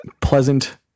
pleasant